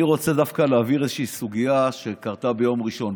אני רוצה דווקא להבהיר איזושהי סוגיה שקרתה ביום ראשון.